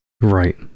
Right